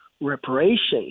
reparations